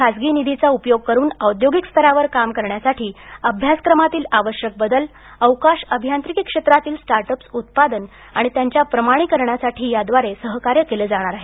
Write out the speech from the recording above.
खासगी निधीचा उपयोग करुन औद्योगिक स्तरावर काम करण्यासाठी अभ्यासक्रमातील आवश्यक बदल अवकाश अभियांत्रिकी क्षेत्रातील स्टार्ट अप्स उत्पादन आणि त्यांच्या प्रमाणीकरणासाठी या द्वारे सहकार्य केले जाणार आहे